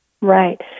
Right